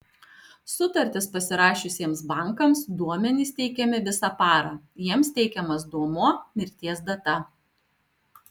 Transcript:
sutartis pasirašiusiems bankams duomenys teikiami visą parą jiems teikiamas duomuo mirties data